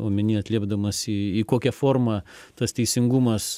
omeny atliepdamas į į kokią formą tas teisingumas